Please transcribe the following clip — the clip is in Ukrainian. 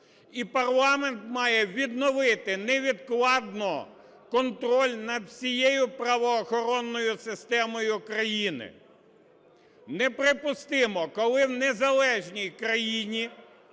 і парламент має відновити невідкладно контроль над всією правоохоронною системою країни. Неприпустимо, коли в незалежній країні